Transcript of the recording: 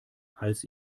als